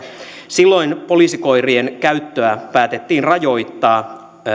silloin poliisikoirien käyttöä päätettiin rajoittaa